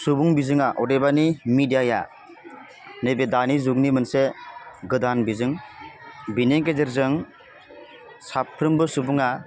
सुबुं बिजोङा अदेबानि मिदियाया नैबे दानि जुगनि मोनसे गोदान बिजों बेनि गेजेरजों साफ्रोमबो सुबुङा